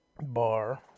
bar